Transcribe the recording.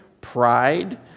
pride